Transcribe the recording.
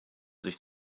sich